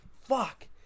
Fuck